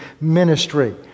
ministry